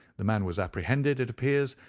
the man was apprehended, it appears,